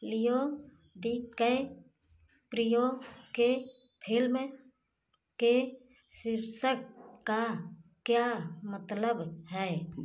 लियो DiCaprio के film के शीर्षक का क्या मतलब है